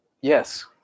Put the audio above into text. yes